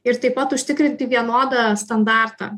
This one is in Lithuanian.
ir taip pat užtikrinti vienodą standartą